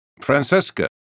Francesca